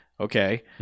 Okay